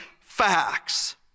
facts